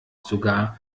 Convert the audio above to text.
sogar